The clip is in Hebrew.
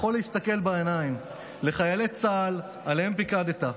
יכול להסתכל בעיניים לחיילי צה"ל שעליהם פיקדת,